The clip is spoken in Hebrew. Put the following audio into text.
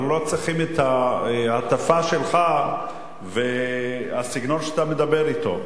אנחנו לא צריכים את ההטפה שלך והסגנון שאתה מדבר אתו.